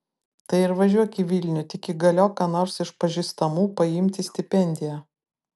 tai ir važiuok į vilnių tik įgaliok ką nors iš pažįstamų paimti stipendiją